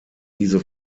diese